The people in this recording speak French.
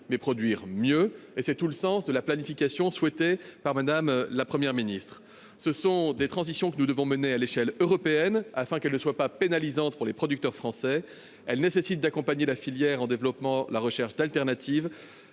mais produire mieux : c'est tout le sens de la planification souhaitée par Mme la Première ministre. Ce sont des transitions que nous devons mener à l'échelle européenne, afin qu'elles ne pénalisent pas les producteurs français. Il convient aussi d'accompagner la filière en développant la recherche d'alternatives,